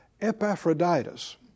Epaphroditus